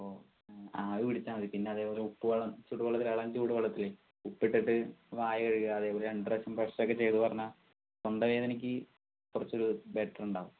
അപ്പോൾ ആവി പിടിച്ചാൽ മതി പിന്നതേപോലെ ഉപ്പ് വെള്ളം ചൂട് വെള്ളത്തില് ഇളം ചൂട് വെള്ളത്തിൽ ഉപ്പിട്ടിട്ട് വായ കഴുകുക അതേപോലെ രണ്ട് പ്രാവശ്യം ബ്രഷൊക്കെ ചെയ്ത് പറഞ്ഞാൽ തൊണ്ട വേദനയ്ക്ക് കുറച്ചൊരു ബെറ്ററുണ്ടാകും